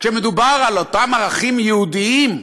כשמדובר על אותם ערכים יהודיים,